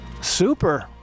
Super